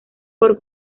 por